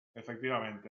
efectivamente